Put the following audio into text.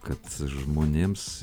kad žmonėms